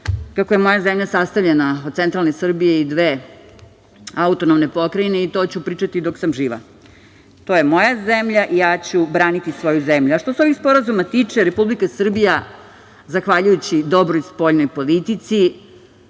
kako je moja zemlja sastavljena, od centralne Srbije i dve autonomne pokrajine i to ću pričati dok sam živa. To je moja zemlja i ja ću braniti svoju zemlju. Što se ovih sporazuma tiče, Republika Srbija, zahvaljujući dobroj spoljnoj politici